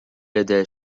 لدى